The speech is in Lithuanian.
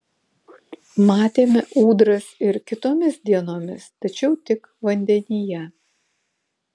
matėme ūdras ir kitomis dienomis tačiau tik vandenyje